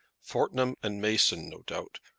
fortnum and mason, no doubt,